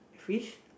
fish